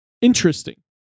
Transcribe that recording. interesting